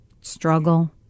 struggle